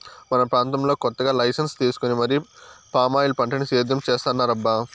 మా ప్రాంతంలో కొత్తగా లైసెన్సు తీసుకొని మరీ పామాయిల్ పంటని సేద్యం చేత్తన్నారబ్బా